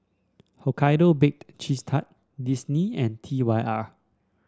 Hokkaido Baked Cheese Tart Disney and T Y R